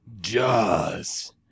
Jaws